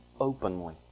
openly